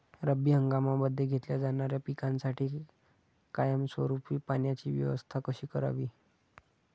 रब्बी हंगामामध्ये घेतल्या जाणाऱ्या पिकांसाठी कायमस्वरूपी पाण्याची व्यवस्था कशी करावी?